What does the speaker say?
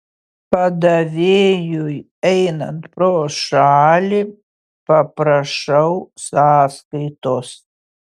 padavėjui einant pro šalį paprašau sąskaitos